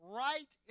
right